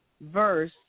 verse